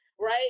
right